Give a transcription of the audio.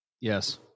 Yes